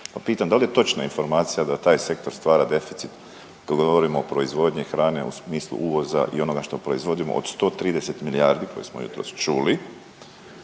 pitam da li je točna informacija da taj sektor stvara deficit kad govorimo o proizvodnji hrane u smislu uvoza i onoga što proizvodimo od 130 milijardi koje smo jutros čuli.